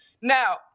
Now